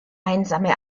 einsame